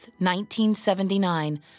1979